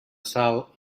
sal